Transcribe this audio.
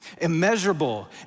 immeasurable